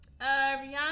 rihanna